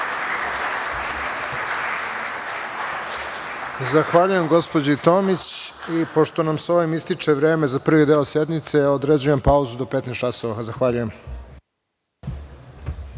Zahvaljujem gospođi Tomić. Pošto nam s ovim ističe vreme za prvi deo sednice, određujem pauzu do 15.00 časova. Zahvaljujem.(Posle